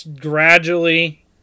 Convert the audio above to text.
gradually